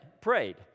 prayed